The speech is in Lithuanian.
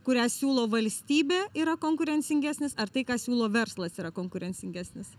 kurią siūlo valstybė yra konkurencingesnis ar tai ką siūlo verslas yra konkurencingesnis